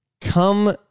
Come